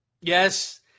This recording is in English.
Yes